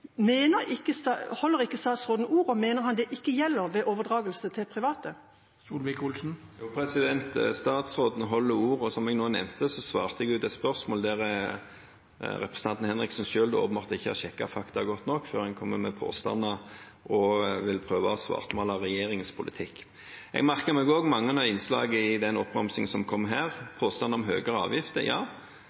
Holder ikke statsråden ord, og mener han det ikke gjelder ved overdragelse til private? Jo, statsråden holder ord, og som jeg nå nevnte, svarte jeg på et spørsmål der representanten Henriksen selv åpenbart ikke har sjekket fakta godt nok før en kommer med påstander og vil prøve å svartmale regjeringens politikk. Jeg merket meg også mange av innslagene i oppramsingen som kom her. Når det gjelder påstand om høyere avgifter: Ja,